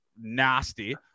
nasty